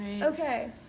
Okay